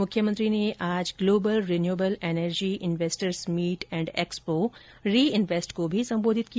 मुख्यमंत्री ने आज global renewable energy investors meet and expo re invest को भी संबोधित किया